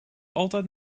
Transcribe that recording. altijd